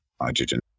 hydrogen